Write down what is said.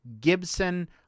Gibson